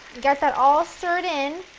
get that all stirred in,